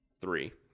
three